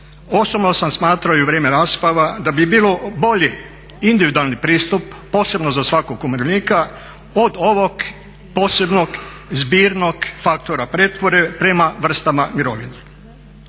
osobno sam smatrao i u vrijeme rasprava da bi bio bolji individualni pristup, posebno za svakog umirovljenika, od ovog posebnog zbirnog faktora pretvorbe prema vrstama mirovine.